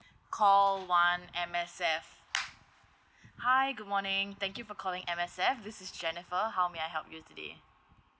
call one M_S_F hi good morning thank you for calling M_S_F this is jennifer how may I help you today